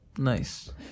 Nice